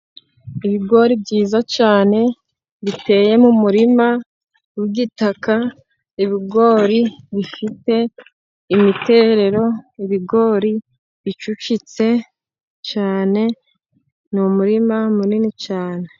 Ibigori byiza cyane biteye mu murima w'igitaka ibigori bifite imiterero ibigori bicucitse cyane ni umurima munini cyane.